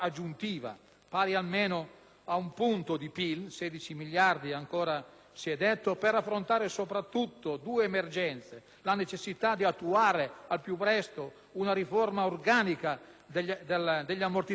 è parlato di 16 miliardi - per affrontare soprattutto due emergenze: la necessità di attuare al più presto una riforma organica degli ammortizzatori sociali e un